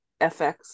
FX